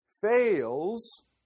fails